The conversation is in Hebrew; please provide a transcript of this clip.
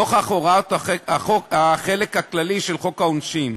נוכח הוראות החלק הכללי של חוק העונשין,